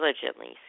diligently